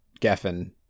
Geffen